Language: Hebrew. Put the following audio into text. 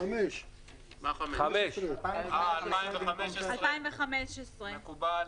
(5)- 2015. מקובל.